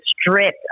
stripped